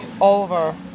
over